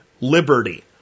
Liberty